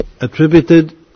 Attributed